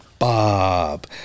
Bob